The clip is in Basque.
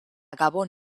gabon